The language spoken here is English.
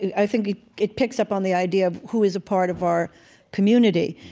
i think it picks up on the idea of who is a part of our community.